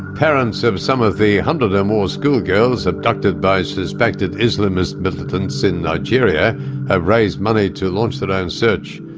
parents of some of the one hundred or more schoolgirls abducted by suspected islamist militants in nigeria have raised money to launch their own search.